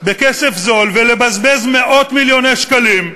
בכסף זול, ולבזבז מאות-מיליוני שקלים,